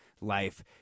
life